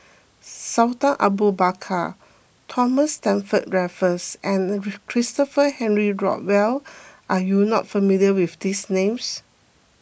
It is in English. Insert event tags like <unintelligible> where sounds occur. Sultan Abu Bakar Thomas Stamford Raffles and <unintelligible> Christopher Henry Rothwell are you not familiar with these names